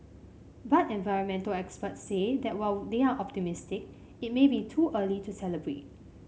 but environmental experts say that while they are optimistic it may be too early to celebrate